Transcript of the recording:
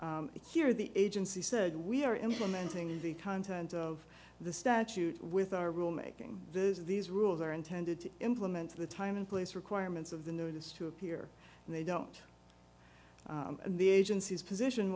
here the agency said we are implementing the content of the statute with our rule making these rules are intended to implement the time and place requirements of the notice to appear and they don't and the agency's position